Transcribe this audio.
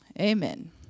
Amen